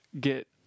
get